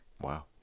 Wow